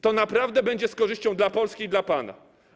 To naprawdę będzie z korzyścią dla Polski i dla pana.